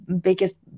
biggest